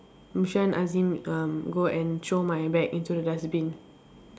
Mushira and Azim um go and throw my bag into the dustbin